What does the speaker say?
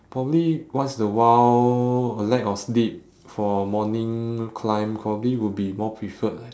probably once in a while a lack of sleep for morning climb probably would be more preferred